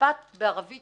המשפט בערבית